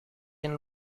and